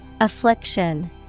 Affliction